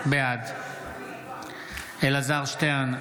בעד אלעזר שטרן,